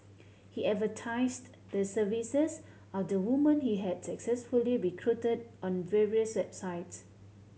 he advertised the services of the women he had successfully recruited on various website